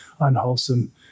unwholesome